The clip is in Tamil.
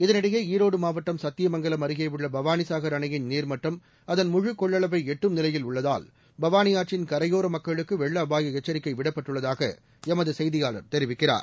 இதனிடையே ஈரோடு மாவட்டம் சத்தியமங்கலம் அருகேயுள்ள பவானி சாகர் அணையின் நீர்மட்டம் அதன் முழுக் கொள்ளளவை எட்டும் நிலையில் உள்ளதால் பவானி ஆற்றின் கரையோர மக்களுக்கு வெள்ள அபாய எச்சரிக்கை விடப்பட்டுள்ளதாக எமது செய்தியாளர் தெரிவிக்கிறார்